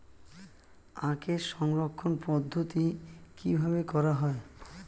আখের সংরক্ষণ পদ্ধতি কিভাবে করা হয়?